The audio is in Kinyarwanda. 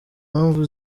mpamvu